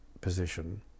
position